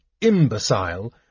imbecile